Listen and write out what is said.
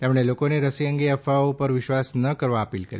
તેમણે લોકોને રસી અંગે અફવાઓ પર વિશ્વાસ ન કરવા અપીલ કરી